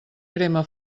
crema